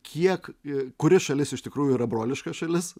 kiek kuri šalis iš tikrųjų yra broliška šalis